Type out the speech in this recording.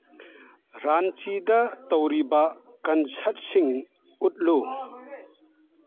ꯔꯥꯟꯆꯤꯗ ꯇꯧꯔꯤꯕ ꯀꯟꯁꯔꯠꯁꯤꯡ ꯎꯠꯂꯨ